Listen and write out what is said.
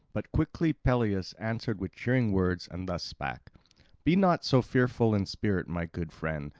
but quickly peleus answered with cheering words, and thus spake be not so fearful in spirit, my good friend.